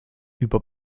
über